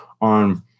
on